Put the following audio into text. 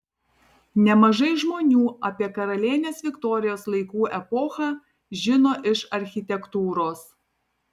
nemažai žmonių apie karalienės viktorijos laikų epochą žino iš architektūros